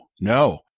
No